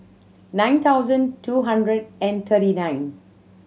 nine thousand two hundred and thirty nine